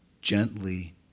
gently